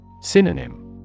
Synonym